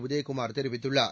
உதயகுமார் தெரிவித்துள்ளார்